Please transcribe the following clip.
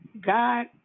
God